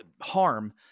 harm